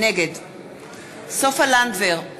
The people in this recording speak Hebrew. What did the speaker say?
נגד סופה לנדבר,